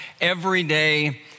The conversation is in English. Everyday